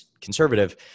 conservative